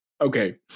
Okay